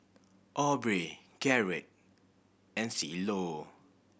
Aubrey Garett and Cielo